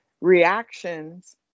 reactions